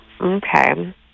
Okay